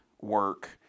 work